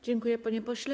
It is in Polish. Dziękuję, panie pośle.